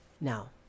now